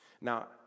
Now